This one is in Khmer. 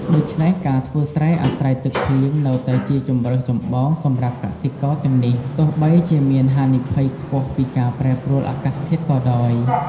ដូច្នេះ ការធ្វើស្រែអាស្រ័យទឹកភ្លៀងនៅតែជាជម្រើសចម្បងសម្រាប់កសិករទាំងនេះ ទោះបីជាមានហានិភ័យខ្ពស់ពីការប្រែប្រួលអាកាសធាតុក៏ដោយ។